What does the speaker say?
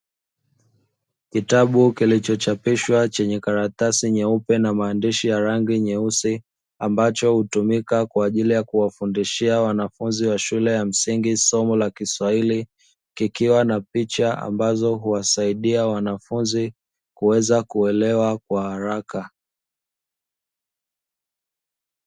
Kitabu kilichochapishwa chenye karatasi nyeupe na maandishi ya rangi yeusi, ambacho hutumika kwa ajili ya kuwafundishia wanafunzi wa shule ya msingi somo la kiswahili, kikiwa na picha ambazo huwasaidia wanafunzi kuweza kuelewa kwa haraka.